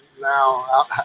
now